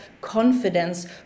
confidence